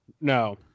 no